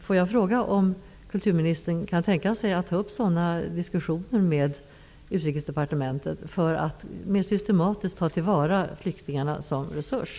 Får jag fråga om kulturministern kan tänka sig att ta upp diskussioner med Utrikesdepartementet om att vi mera systematiskt skall ta till vara flyktingarna som resurs.